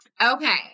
Okay